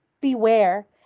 beware